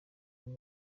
muri